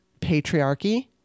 patriarchy